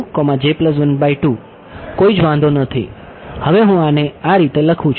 કોઈ વાંધો નથી હવે હું આને આ રીતે લખું છુ